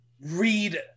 read